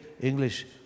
English